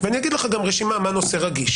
ואני אגיד לך גם רשימה מה נושא רגיש,